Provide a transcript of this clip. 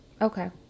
Okay